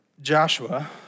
Joshua